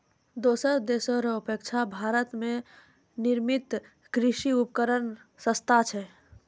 दोसर देशो रो अपेक्षा भारत मे निर्मित कृर्षि उपकरण सस्ता छै